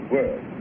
World